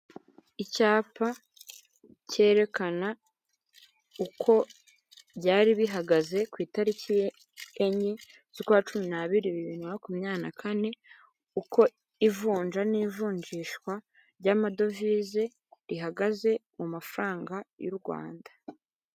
Icyapa cyerekana uko byari bihagaze ku itariki enye z'ukwa cumi n'abiribiri bibiri na makumyabiri na kane, uko ivunja n'ivunjishwa ry'amadovize rihagaze mu mafaranga y'u Rwanda.